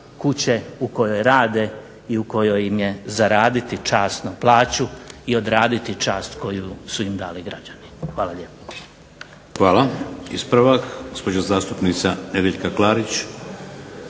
kuće u kojoj rade i u kojoj im je zaraditi časno plaću i odraditi čast koju su im dali građani. **Šeks, Vladimir (HDZ)** Hvala. Ispravak, gospođa zastupnica Nedjeljka Klarić.